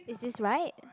is this right